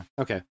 Okay